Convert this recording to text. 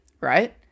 right